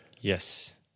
Yes